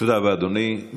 תודה רבה, אדוני.